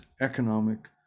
economic